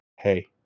Hey